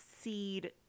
seed